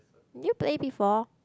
did you play before